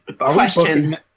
Question